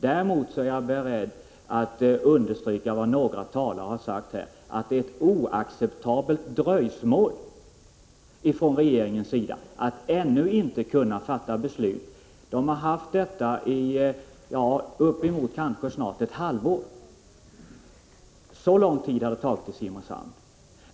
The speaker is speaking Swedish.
Däremot är jag beredd att understryka vad några talare har sagt, att det är ett oacceptabelt dröjsmål från regeringens sida att ännu inte kunna fatta beslut. Regeringen har haft ärendet i uppemot ett halvår. Så lång tid har det tagit i fråga om Simrishamn.